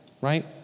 right